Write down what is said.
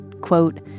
quote